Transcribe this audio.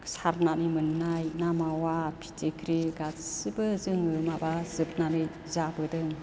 सारनानै मोननाय ना मावा फिथिख्रि गासैबो जोङो माबाजोबनानै जाबोदों